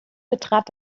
betrat